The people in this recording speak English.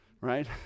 right